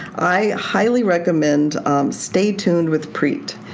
i highly recommend stay tuned with preet.